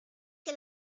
que